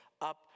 up